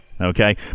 okay